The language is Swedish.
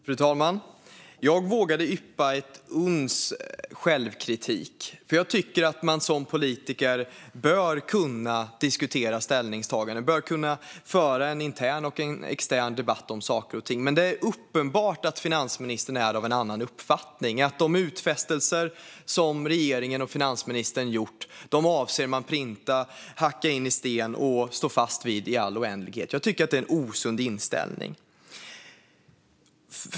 Fru talman! Jag vågade yppa ett uns av självkritik, för jag tycker att man som politiker bör kunna diskutera ställningstaganden och föra intern och extern debatt om saker och ting. Det är uppenbart att finansministern är av en annan uppfattning. De utfästelser som regeringen och finansministern gjort avser man att printa, hacka in i sten och stå fast vid i all oändlighet. Jag tycker att det är en osund inställning.